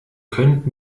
könnt